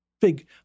Big